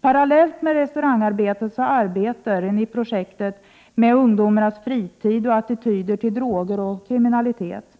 Parallellt med restaurangarbetet arbetar man i projektet med ungdomarnas fritid och attityder till droger och kriminalitet.